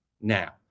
now